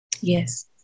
yes